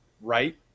right